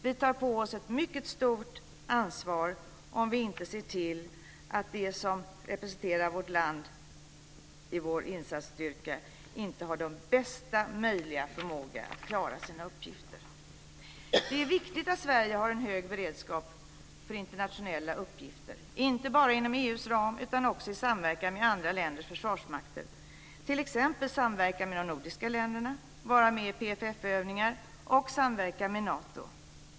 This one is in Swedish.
Vi tar på oss ett mycket stort ansvar om vi inte ser till att de som representerar vårt land i vår insatsstyrka har bästa möjliga förmåga att klara sina uppgifter. Det är viktigt att Sverige har en hög beredskap för internationella uppgifter, inte bara inom EU:s ram utan också i samverkan med andra länders försvarsmakter, t.ex. samverkan med de nordiska länderna, vara med i PFF-övningar och samverka med Nato.